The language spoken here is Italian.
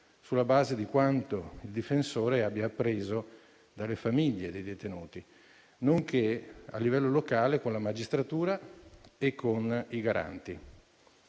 sulla base di quanto il difensore abbia appreso dalle famiglie dei detenuti nonché, a livello locale, con la magistratura e con i garanti.